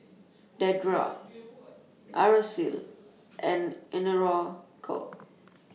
Dedra Araceli and Enrico